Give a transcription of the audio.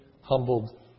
humbled